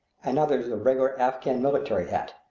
and others the regular afghan military hat,